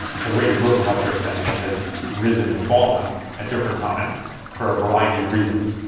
the rate of growth of health care spending has risen and fallen at different times for a variety of reasons.